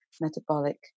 metabolic